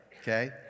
okay